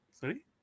Sorry